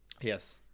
Yes